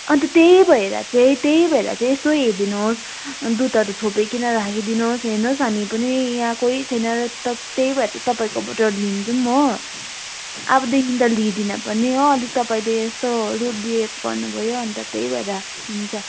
अन्त त्यही भएर चाहिँ त्यही भएर चाहिँ यसो हेरिदिनुहोस् दुधहरू छोपिकन राखिदिनुहोस् हेर्नुहोस् हामी पनि यहाँ कही छैन त्यही भएर तपाईँकोबाट लिन्छौँ हो अबदेखि त लिँदिन पनि हो अलिक तपाईँले यस्तो रुड बिहेभ गर्नु भयो अन्त त्यही भएर हुन्छ